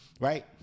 Right